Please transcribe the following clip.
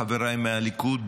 חבריי מהליכוד,